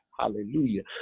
Hallelujah